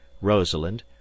Rosalind